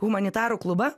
humanitarų klubą